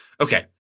Okay